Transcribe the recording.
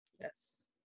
Yes